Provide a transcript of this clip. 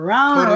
Round